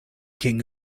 king